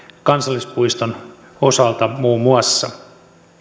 kansallispuiston osalta